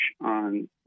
on